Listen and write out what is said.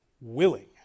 willing